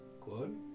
good